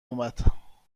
اومد